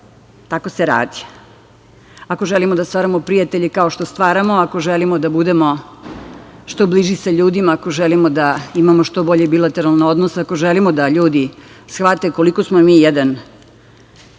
Tako se radi. Ako želimo da stvaramo prijatelje, kao što stvaramo, ako želimo da budemo što bliži sa ljudima, ako želimo da imamo što bolje bilateralne odnose, ako želimo da ljudi shvate koliko smo mi jedan